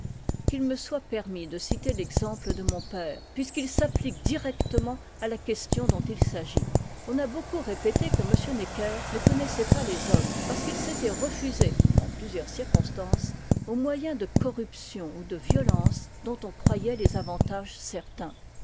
qu'il me soit permis de citer l'exemple de mon père puisqu'il s'applique directement à la question dont il s'agit on a beaucoup répété que m necker ne connaissait pas les hommes parce qu'il s'était refusé dans plusieurs circonstances aux moyens de corruption ou de violence dont on croyait les avantages certains